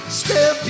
step